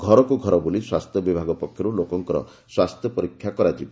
ଘରକୁ ଘର ବୁଲି ସ୍ୱାସ୍ଥ୍ୟ ବିଭାଗ ପକ୍ଷରୁ ଲୋକଙ୍କର ସ୍ୱାସ୍ଥ୍ୟ ପରୀକ୍ଷା କରାଯିବା